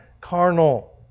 carnal